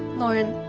lauren.